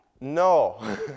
No